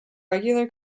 regular